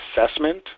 assessment